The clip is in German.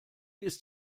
ist